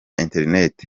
internet